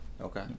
Okay